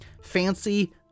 Fancy